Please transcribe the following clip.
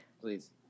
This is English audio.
Please